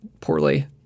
poorly